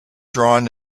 drawn